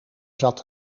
zat